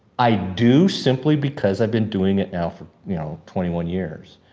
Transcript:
i do simply because i've been doing it now for you know twenty one years.